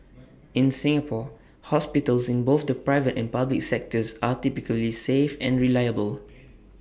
in Singapore hospitals in both the private and public sectors are typically safe and reliable